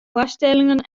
foarstellingen